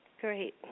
Great